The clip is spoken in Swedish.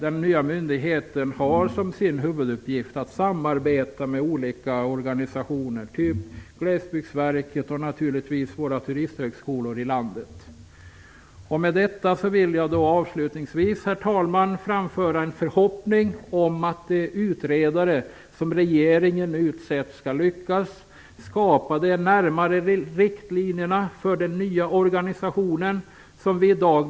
Den nya myndigheten har som sin huvuduppgift att samarbeta med olika organisationer typ Glesbygdsverket och landets turisthögskolor. Herr talman! Med detta vill jag avslutningsvis framföra en förhoppning om att de utredare som regeringen nu utsett skall lyckas skapa de närmare riktlinjerna för den nya organisationen som vi beslutar om i dag.